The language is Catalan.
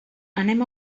anem